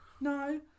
No